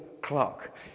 clock